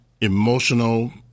emotional